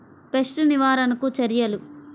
Pest నివారణకు చర్యలు?